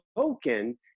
token